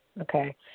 okay